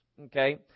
Okay